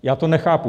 Já to nechápu.